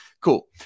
Cool